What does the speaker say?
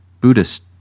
Buddhist